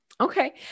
Okay